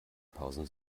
pausen